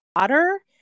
water